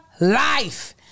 life